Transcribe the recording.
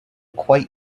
quite